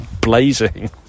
blazing